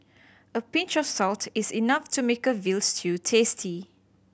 a pinch of salt is enough to make a veal stew tasty